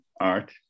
art